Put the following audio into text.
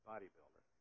Bodybuilder